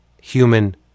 human